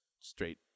straight